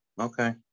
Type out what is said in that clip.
Okay